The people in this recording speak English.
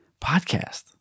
podcast